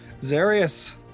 Zarius